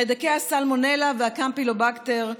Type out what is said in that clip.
חיידקי הסלמונלה והקמפילובקטר,